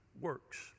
works